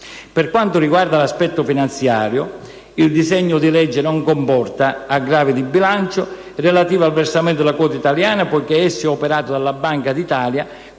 Per quanto riguarda l'aspetto finanziario, il disegno di legge non comporta aggravi di bilancio relativi al versamento della quota italiana, poiché esso è operato dalla Banca d'Italia